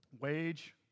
wage